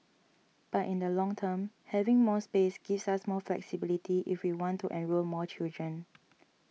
but in the long term having more space gives us more flexibility if we want to enrol more children